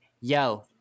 Yo